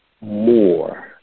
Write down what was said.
more